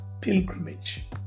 pilgrimage